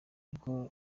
rero